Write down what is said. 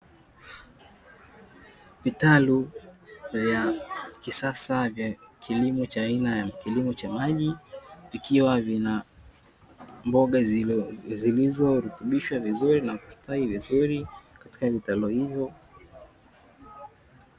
Vitalu vya kisasa vya kilimo cha aina ya kilimo cha maji, vikiwa vina mboga zilizorutubishwa vizuri na kustawi vizuri katika vitalu hivyo.